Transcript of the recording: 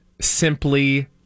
simply